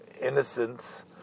innocence